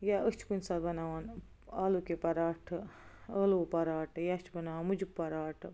یا أسۍ چھِ کُنہِ ساتہٕ بناوان آلو کے پرآٹھہٕ ٲلوٕ پراٹہٕ یا چھِ بناوان مُجہٕ پراٹہٕ